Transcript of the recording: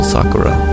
Sakura